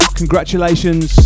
congratulations